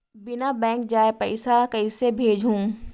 बिना बैंक जाए पइसा कइसे भेजहूँ?